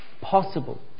possible